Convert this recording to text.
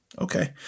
Okay